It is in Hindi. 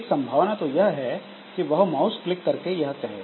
एक संभावना तो यह है कि वह माउस क्लिक करके यह कहे